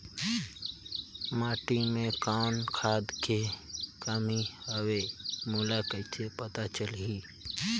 माटी मे कौन खाद के कमी हवे मोला कइसे पता चलही?